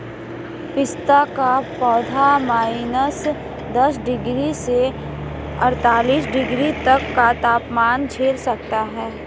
पिस्ता का पौधा माइनस दस डिग्री से अड़तालीस डिग्री तक का तापमान झेल सकता है